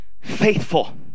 faithful